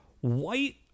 White